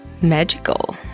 magical